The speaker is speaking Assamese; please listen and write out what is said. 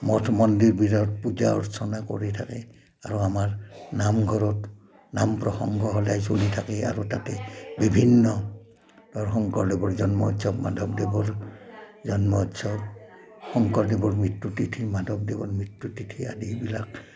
মঠ মন্দিৰবোৰত পূজা অৰ্চনা কৰি থাকে আৰু আমাৰ নামঘৰত নাম প্ৰসংগ সদায় চলি থাকে আৰু তাতে বিভিন্ন ধৰ শংকৰদেৱৰ জন্ম উৎসৱ মাধৱদেৱৰ জন্ম উৎসৱ শংকৰদেৱৰ মৃত্যু তিথি মাধৱদেৱৰ মৃত্যু তিথি আদি এইবিলাক